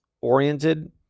oriented